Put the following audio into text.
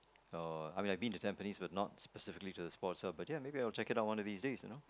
uh I mean I've been to Tampines but not specifically to the Sports Hub but ya maybe I'll check it out one of these days you know